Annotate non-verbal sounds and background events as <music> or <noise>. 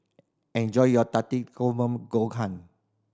enjoy your Takikomi <unintelligible> gohan